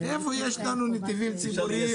איפה יש לנו נתיבים ציבוריים?